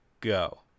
go